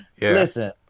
Listen